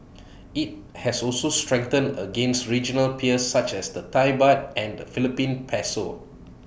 IT has also strengthened against regional peers such as the Thai Baht and the Philippine Peso